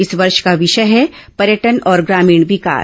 इस वर्ष का विषय है पर्यटन और ग्रामीण विकास